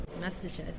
messages